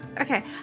Okay